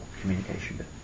communication